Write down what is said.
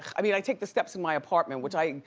i mean i take the steps in my apartment which i,